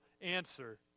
answer